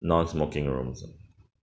non-smoking rooms ah